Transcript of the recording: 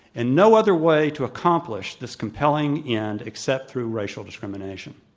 and no other way to accomplish this compelling end except through racial discrimination.